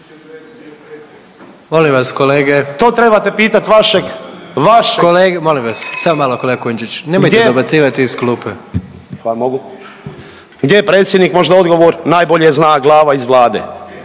Gdje je predsjednik možda odgovor najbolje zna glava iz Vlade,